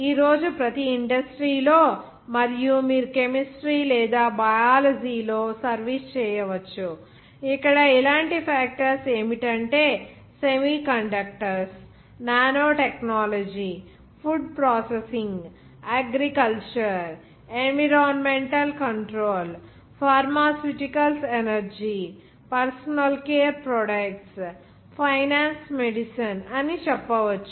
ఈ రోజు ప్రతి ఇండస్ట్రీ లో మరియు మీరు కెమిస్ట్రీ లేదా బయాలజీ లో సర్వీస్ చేయవచ్చు ఇక్కడ అలాంటి ఫాక్టర్స్ ఏమిటంటే semiconductors nano technology food processing agriculture environmental control pharmaceuticals energy personal care products finance medicine అని చెప్పవచ్చు